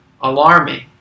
Alarming